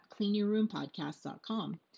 cleanyourroompodcast.com